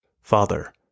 Father